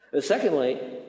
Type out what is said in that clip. Secondly